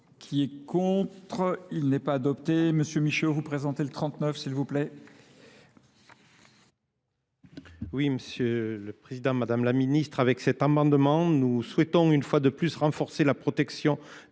qui est contre, il n'est pas adopté. Monsieur Michel, vous présentez le 39 s'il vous plaît. Oui Monsieur le Président, Madame la Ministre, avec cet embandement, nous souhaitons une fois de plus renforcer la protection des